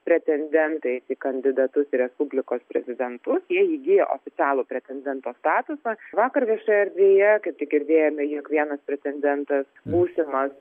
pretendentais į kandidatus į respublikos prezidentus jei įgijo oficialų pretendento statusas vakar visoje erdvėje kaip girdėjome jog vienas recenzentas būsimas